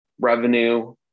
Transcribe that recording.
revenue